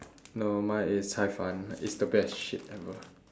no mine is cai-fan it's the best shit ever